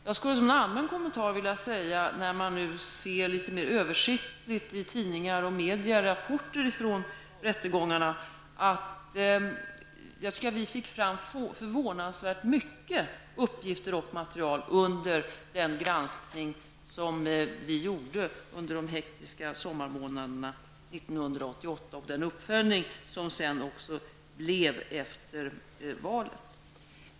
Jag skulle som en allmän kommentar vilja säga att när man nu ser litet mera översiktligt vad tidningar och andra media rapporterar från rättegångarna, verkar det som om vi fick fram förvånansvärt mycket uppgifter och material under den granskning vi gjorde under de hektiska sommarmånaderna 1988 med den uppföljning som blev efter valet.